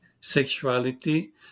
sexuality